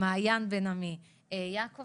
למעיין בן עמי, ליעקב